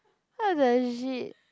what the shit